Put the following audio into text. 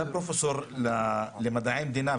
אתה פרופסור למדעי המדינה,